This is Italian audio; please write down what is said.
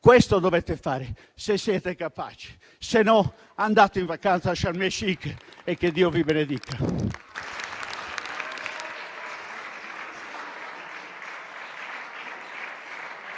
Questo dovete fare, se siete capaci; altrimenti andate in vacanza a Sharm el-Sheikh e che Dio vi benedica.